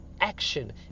action